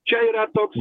čia yra toks